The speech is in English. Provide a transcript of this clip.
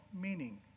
meaning